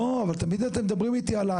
לא, אבל תמיד אתם מדברים איתי על העתיד.